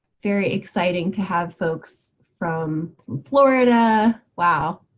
very exciting to have folks from florida wow.